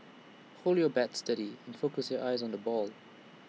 hold your bat steady and focus your eyes on the ball